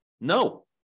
No